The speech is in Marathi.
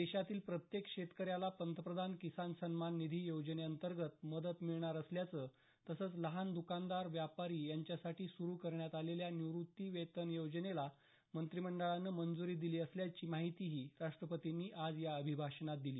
देशातील प्रत्येक शेतकऱ्याला पंतप्रधान किसान सन्मान निधी योजनेअंतर्गत मदत मिळणार असल्याचं तसंच लहान दुकानदार व्यापारी यांच्यासाठी सुरू करण्यात आलेल्या निवृत्ती वेतन योजनेला मंत्रिमंडळानं मंजुरी दिली असल्याची माहितीही राष्ट्रपतींनी आज या अभिभाषणात दिली